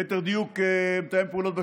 ליתר דיוק מתאם פעולות בשטחים,